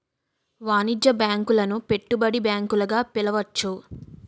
వాణిజ్య బ్యాంకులను పెట్టుబడి బ్యాంకులు గా పిలవచ్చు